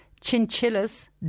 chinchillas